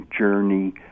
journey